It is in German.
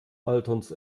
alterns